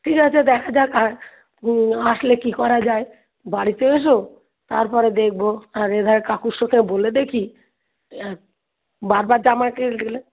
ঠিক আছে দেখা যাক আর আসলে কী করা যায় বাড়ি তো এসো তারপরে দেখবো আর এবার কাকুর সাথে বলে দেখি বারবার জামা কিনতে গেলে